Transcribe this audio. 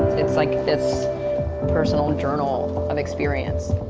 it's like this personal journal of experience.